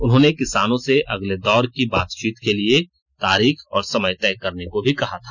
उन्होंने किसानों से अगले दौर की बातचीत के लिए तारीख और समय तय करने को भी कहा था